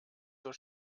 zur